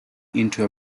into